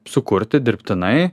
sukurti dirbtinai